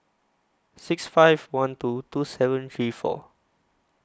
six five one two two seven three four